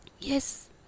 Yes